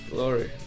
Glory